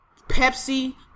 Pepsi